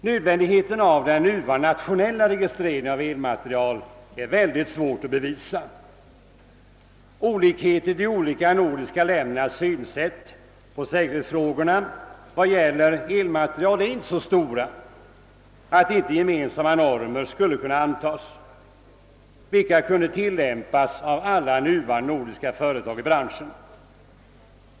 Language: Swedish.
Nödvändigheten av den nuvarande nationella registreringen av elmateriel är mycket svår att bevisa. Olikheterna i de olika nordiska ländernas syn på säkerhetsfrågorna vad gäller elmateriel är icke så stora att icke gemensamma normer skulle kunna antagas, vilka kunde tillämpas av alla nuvarande nordiska företag i branschen.